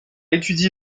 étudie